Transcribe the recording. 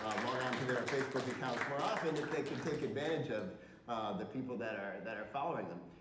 log onto their facebook accounts more often if they could take advantage of the people that are that are following them.